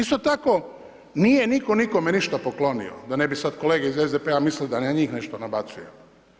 Isto tako, nije nitko nikome ništa poklonio, da ne bi sad kolege iz SDP-a mislile da ja njih nešto nabacujem.